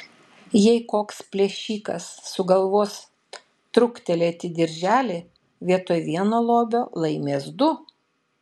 jei koks plėšikas sugalvos truktelėti dirželį vietoj vieno lobio laimės du